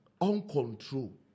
Uncontrolled